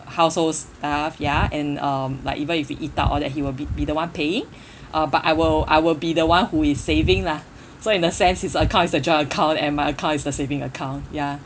household stuff ya and um like even if we eat out all that he will be be the one paying uh but I will I will be the one who is saving lah so in a sense his account is a joint account and my account is a saving account ya